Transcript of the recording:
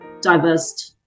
diverse